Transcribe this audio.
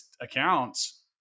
accounts